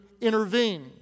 intervene